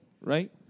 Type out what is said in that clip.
right